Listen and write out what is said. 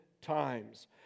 times